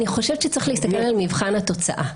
אני חושבת שצריך להסתכל על מבחן התוצאה.